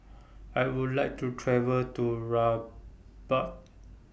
I Would like to travel to Rabat